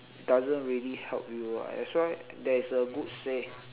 doesn't really help you ah that's why there is a good say